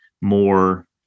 more